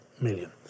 million